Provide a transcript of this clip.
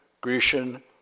Grecian